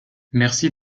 merci